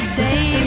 day